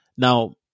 Now